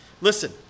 Listen